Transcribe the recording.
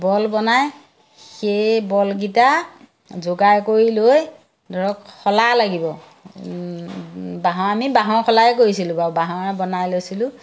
বল বনাই সেই বলকেইটা যোগাৰ কৰি লৈ ধৰক শলা লাগিব বাঁহৰ আমি বাঁহৰ শলাই কৰিছিলোঁ বাৰু বাঁহৰে বনাই লৈছিলোঁ